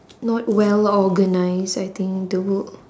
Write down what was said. not well organise I think the world